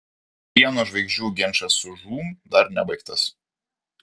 pieno žvaigždžių ginčas su žūm dar nebaigtas